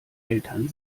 eltern